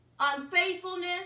Unfaithfulness